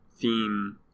theme